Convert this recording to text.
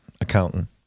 accountant